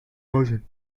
version